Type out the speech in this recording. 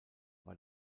war